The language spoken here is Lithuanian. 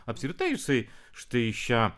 apskritai jisai štai šią